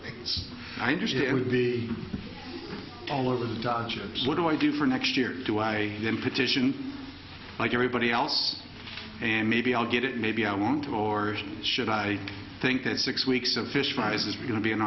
things i just it would be all over the dodgers what do i do for next year do i then petition like everybody else and maybe i'll get it maybe i want to or should i think that six weeks of fish fries is going to be an